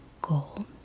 goal